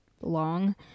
long